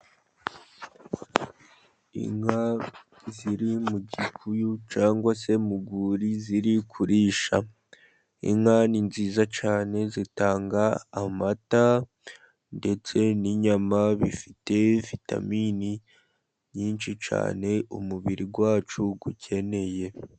Inka ziri mu gikuyu cyangwa se mu rwuri ziri kurisha. Inka ni nziza cyane zitanga amata, ndetse n'inyama bifite vitamini nyinshi cyane umubiri wacu ukeneye.